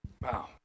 Wow